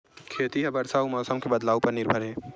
खेती हा बरसा अउ मौसम के बदलाव उपर निर्भर हे